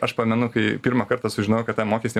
aš pamenu kai pirmą kartą sužinojau kad tą mokestį